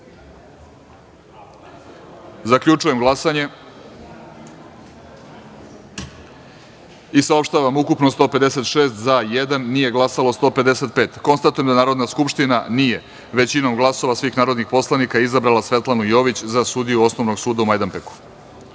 Kesar. Zaključujem glasanje i saopštavam: Ukupno – 156, za – jedan, nije glasalo 155.Konstatujem da Narodna skupština nije većinom glasova svih narodnih poslanika izabrala Svetlanu Jović za sudiju Osnovnog suda u Majdanpeku. Treće